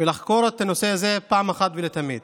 ותחקור את הנושא הזה אחת ולתמיד.